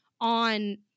on